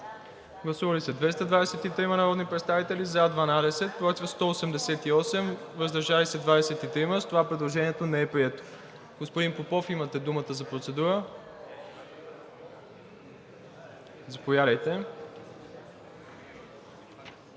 Гласували 223 народни представители: за 12, против 188, въздържали се 23. Предложението не е прието. Господин Попов, имате думата за процедура. Заповядайте.